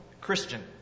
Christian